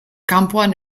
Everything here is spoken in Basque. kanpoan